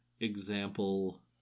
example